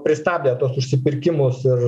pristabdę tuos užsipirkimus ir